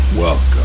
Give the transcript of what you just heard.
Welcome